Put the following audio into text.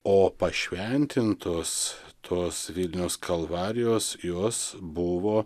o pašventintos tos vilniaus kalvarijos jos buvo